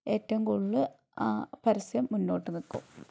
ഏറ്റവും കൂടുതല് ആ പരസ്യം മുന്നോട്ട് നിക്കും